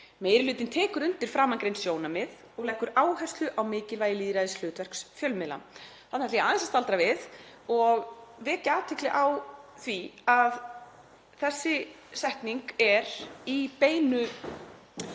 Meiri hlutinn tekur undir framangreind sjónarmið og leggur áherslu á mikilvægi lýðræðishlutverks fjölmiðla.“ Þarna ætla ég aðeins að staldra við og vekja athygli á því að þessi setning er í beinu